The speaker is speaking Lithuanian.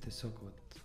tiesiog vat